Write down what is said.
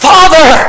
Father